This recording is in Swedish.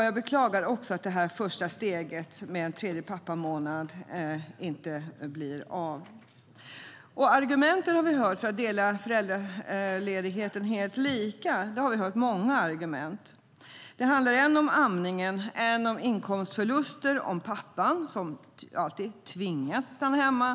Jag beklagar också att det första steget med en tredje pappamånad inte blir av. Vi har hört många argument för att inte dela föräldraförsäkringen helt lika. Det handlar än om amningen, än om inkomstförluster om pappan "tvingas" stanna hemma.